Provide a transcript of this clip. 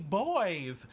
boys